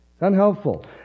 unhelpful